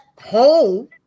home